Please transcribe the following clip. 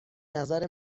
نظر